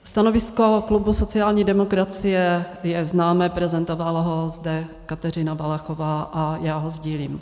Stanovisko klubu sociální demokracie je známé, prezentovala ho zde Kateřina Valachová a já ho sdílím.